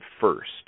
first